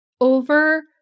Over